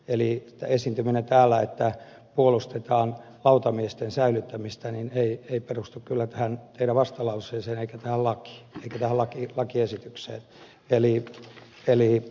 eli esiintyminen täällä että puolustetaan lautamiesten säilyttämistä ei perustu kyllä tähän teidän vastalauseeseenne eikä tähän lakiin eikä tähän lakiesitykseen